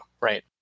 right